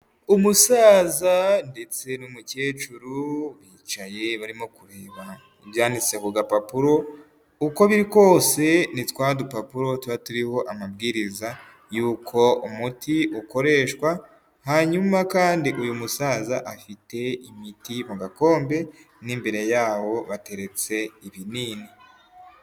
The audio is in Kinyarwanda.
Umusaza ndetse n'umukecuru, bicaye barimo kureba ibyanditse ku gapapuro, uko biri kose ni twadupapuro tuba turiho amabwiriza y'uko umuti ukoreshwa, hanyuma kandi uyu musaza afite imiti mu gakombe n'imbere yawo hateretse ibinini